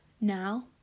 now